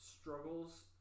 struggles